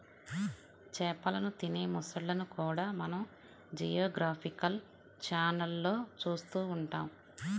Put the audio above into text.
చేపలను తినే మొసళ్ళను కూడా మనం జియోగ్రాఫికల్ ఛానళ్లలో చూస్తూ ఉంటాం